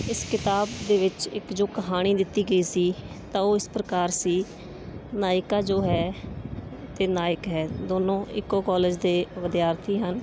ਇਸ ਕਿਤਾਬ ਦੇ ਵਿੱਚ ਇੱਕ ਜੋ ਕਹਾਣੀ ਦਿੱਤੀ ਗਈ ਸੀ ਤਾਂ ਉਹ ਇਸ ਪ੍ਰਕਾਰ ਸੀ ਨਾਇਕਾ ਜੋ ਹੈ ਅਤੇ ਨਾਇਕ ਹੈ ਦੋਨੋਂ ਇੱਕੋ ਕੋਲਜ ਦੇ ਵਿਦਿਆਰਥੀ ਹਨ